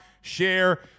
share